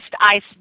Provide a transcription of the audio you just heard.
ice